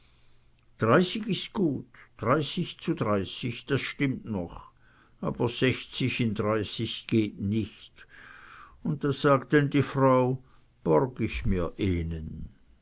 dreißig ist jut un dreißig zu dreißig das stimmt ooch aber sechzig in dreißig jeht nich un da sagt denn die frau borg ich mir